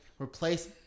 replace